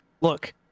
Look